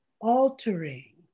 altering